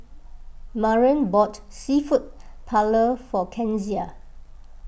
Maren bought Seafood Paella for Kenzie